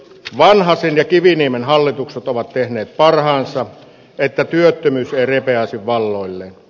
vanhasen ja kiviniemen hallitukset ovat tehneet parhaansa että työttömyys ei repeäisi valloilleen